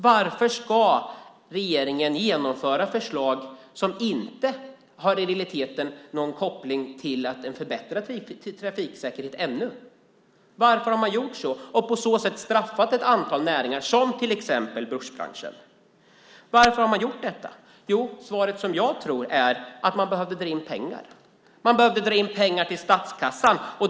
Varför ska regeringen genomföra förslag som i realiteten ännu inte har någon koppling till att de förbättrar trafiksäkerheten? Varför har man gjort så och på så sätt straffat ett antal näringar som till exempel bussbranschen? Varför har man gjort detta? Svaret tror jag är att man behövde dra in pengar. Man behövde dra in pengar till statskassan.